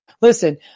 listen